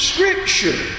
Scripture